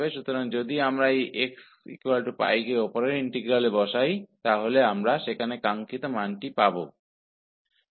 इसलिए यदि हम इस xπ को उपरोक्त इंटीग्रल में रखते हैं तो हम वांछित मान प्राप्त कर सकते हैं